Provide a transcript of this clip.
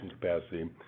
capacity